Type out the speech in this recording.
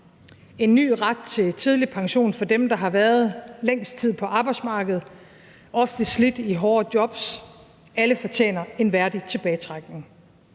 en ny ret til tidlig pension for dem, der har været længst tid på arbejdsmarkedet, ofte slidt i hårde jobs. Alle fortjener en værdig tilbagetrækning.